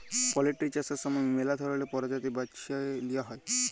poultry চাষের সময় ম্যালা ধরলের পরজাতি বাছে লিঁয়া হ্যয়